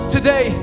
Today